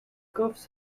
cuffs